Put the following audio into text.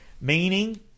meaning